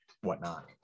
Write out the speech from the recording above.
whatnot